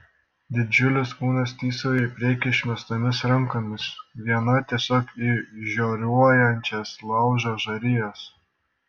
didžiulis kūnas tįsojo į priekį išmestomis rankomis viena tiesiog į žioruojančias laužo žarijas